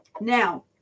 now